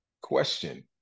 question